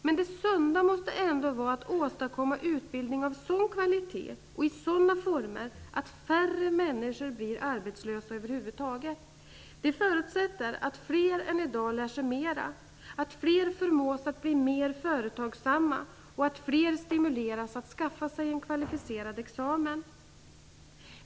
Men det sunda måste ändå vara att åstadkomma utbildning av sådan kvalitet och i sådana former att färre människor blir arbetslösa över huvud taget. Det förutsätter att fler än i dag lär sig mera, att fler förmås att bli mer företagsamma och att fler stimuleras att skaffa sig en kvalificerad examen.